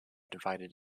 divided